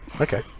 okay